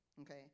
Okay